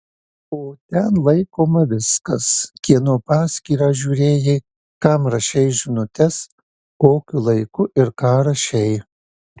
o ten laikoma viskas kieno paskyrą žiūrėjai kam rašei žinutes kokiu laiku ir ką rašei